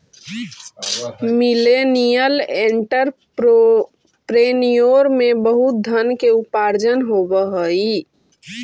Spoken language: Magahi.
मिलेनियल एंटरप्रेन्योर में बहुत धन के उपार्जन होवऽ हई